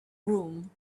room